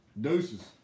Deuces